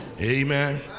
Amen